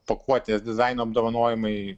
pakuotės dizaino apdovanojimai